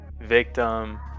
victim